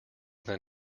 than